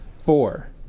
Four